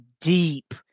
deep